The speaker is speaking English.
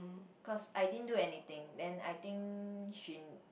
cause I didn't do anything then I think she